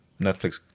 Netflix